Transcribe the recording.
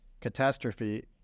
catastrophe